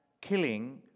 killing